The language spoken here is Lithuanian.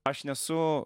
aš nesu